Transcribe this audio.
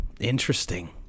interesting